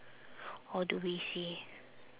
all the way seh